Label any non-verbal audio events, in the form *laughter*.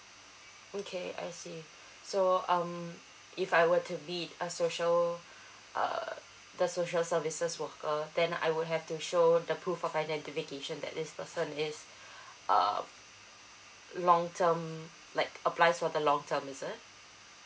okay I see so um if I were to need a social *breath* uh the social services worker then I would have to show the proof of identification that this person is *breath* uh long term like apply for the long term is it